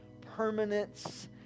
permanence